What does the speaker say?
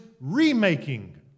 remaking